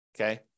Okay